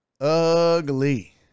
ugly